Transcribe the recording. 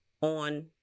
on